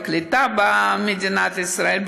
בקליטה במדינת ישראל,